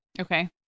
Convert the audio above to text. Okay